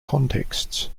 contexts